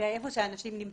ואיפה שאנשים נמצאים.